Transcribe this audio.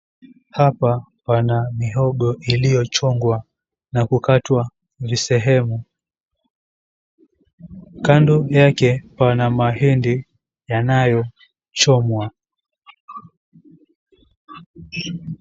Hapa pana mihongo iliyochongwa na kukatwa visehemu, kando yake pana mahindi yanayochomwa.